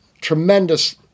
tremendous